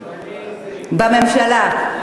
בממשלה?